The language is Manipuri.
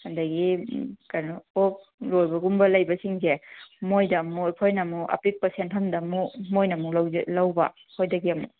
ꯑꯗꯒꯤ ꯀꯩꯅꯣ ꯑꯣꯛ ꯂꯣꯏꯕꯒꯨꯝꯕ ꯂꯩꯕꯁꯤꯡꯁꯦ ꯃꯣꯏꯗ ꯑꯃꯨꯛ ꯑꯩꯈꯣꯏꯅ ꯑꯃꯨꯛ ꯑꯄꯤꯛꯄ ꯁꯦꯟꯐꯝꯗ ꯑꯃꯨꯛ ꯃꯣꯏꯅ ꯑꯃꯨꯛ ꯂꯧꯕ ꯑꯩꯈꯣꯏꯗꯒꯤ ꯑꯃꯨꯛ